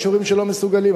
יש הורים שלא מסוגלים.